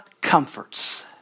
comforts